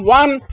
one